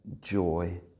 joy